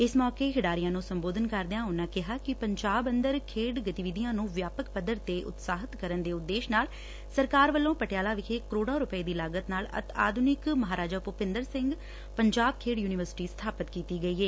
ਇਸ ਮੌਕੇ ਖਿਡਾਰੀਆਂ ਨੁੰ ਸੰਬੋਧਨ ਕਰਦਿਆਂ ਉਨਾਂ ਕਿਹਾ ਕਿ ਪੰਜਾਬ ਅੰਦਰ ਖੇਡ ਗਤੀਵਿਧੀਆਂ ਨੁੰ ਵਿਆਪਕ ਪੱਧਰ ਤੇ ਉਤਸ਼ਾਹਿਤ ਕੁਰਨ ਦੇ ਉਦੇਸ਼ ਨਾਲ ਸਰਕਾਰ ਵੱਲੋਂ ਪਟਿਆਲਾ ਵਿਖੇ ਕਰੋੜਾ ਰੁਪਏ ਦੀ ਲਾਗਤ ਨਾਲ ਅਤਿ ਆਧੁਨਿਕ ਮਹਾਰਾਜਾ ਭੁਪਿੰਦਰ ਸਿੰਘ ਪੰਜਾਬ ਖੇਡ ਯੁਨੀਵਰਸਿਟੀ ਸਥਾਪਤ ਕੀਤੀ ਗਈ ਏ